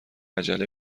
عجله